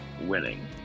winning